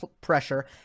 pressure